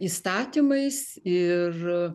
įstatymais ir